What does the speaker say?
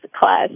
class